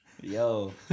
Yo